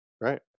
Right